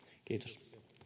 kiitos